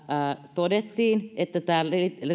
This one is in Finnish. todettiin että tämä